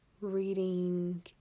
reading